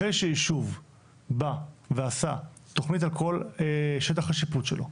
אחרי שיישוב בא ועשה תכנית על כל שטח השיפוט שלו.